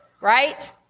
right